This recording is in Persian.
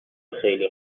خیلی